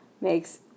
makes